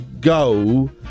go